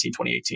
2018